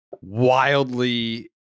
wildly